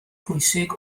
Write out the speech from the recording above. pwysig